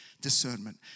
discernment